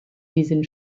diesen